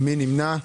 מי נמנע?